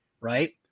right